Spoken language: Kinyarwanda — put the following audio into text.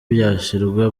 byashyirwa